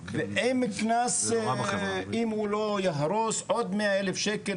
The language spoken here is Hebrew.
והקנס אם הוא לא יהרוס עוד 100,000 שקלים,